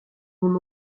mon